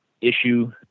issue